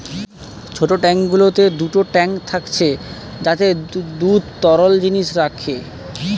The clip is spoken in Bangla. ছোট ট্যাঙ্ক গুলোতে দুটো ট্যাঙ্ক থাকছে যাতে দুধ তরল জিনিস রাখে